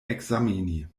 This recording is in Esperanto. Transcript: ekzameni